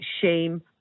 shame